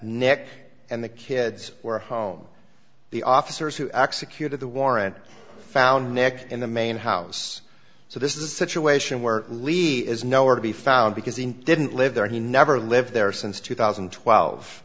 nick and the kids were home the officers who executed the warrant found neck in the main house so this is a situation where lead is nowhere to be found because he didn't live there he never lived there since two thousand and twelve